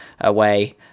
away